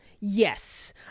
Yes